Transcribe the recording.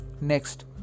Next